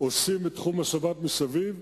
עושים את תחום השבת מסביב,